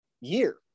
year